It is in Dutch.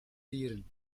dieren